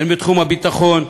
הן בתחום הביטחון,